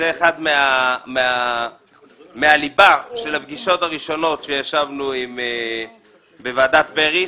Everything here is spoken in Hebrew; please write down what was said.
זה דבר אחד מהליבה של הפגישות הראשונות שישבנו בוועדת בריס.